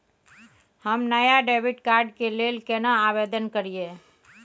हम नया debit card के लेल केना आवेदन करियै?